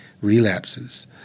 relapses